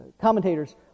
commentators